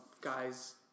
guys